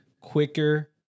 quicker